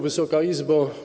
Wysoka Izbo!